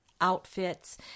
outfits